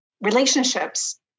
relationships